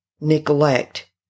neglect